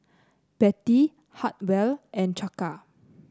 Bettie Hartwell and Chaka